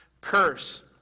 curse